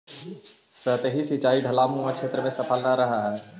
सतही सिंचाई ढवाऊनुमा क्षेत्र में सफल न रहऽ हइ